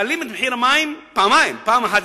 מעלים את מחיר המים פעמיים: פעם אחת,